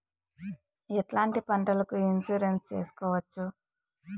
ఎట్లాంటి పంటలకు ఇన్సూరెన్సు చేసుకోవచ్చు?